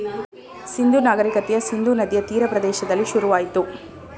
ಸಿಂಧೂ ನಾಗರಿಕತೆಯ ಸಿಂಧೂ ನದಿಯ ತೀರ ಪ್ರದೇಶದಲ್ಲಿ ಶುರುವಾಯಿತು